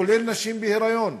כולל נשים בהיריון,